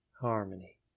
Harmony